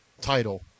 title